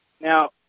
Now